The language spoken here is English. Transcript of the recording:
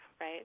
right